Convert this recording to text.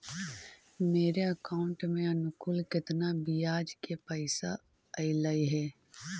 मेरे अकाउंट में अनुकुल केतना बियाज के पैसा अलैयहे?